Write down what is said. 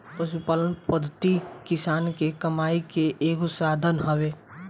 पशुपालन पद्धति किसान के कमाई के एगो साधन हवे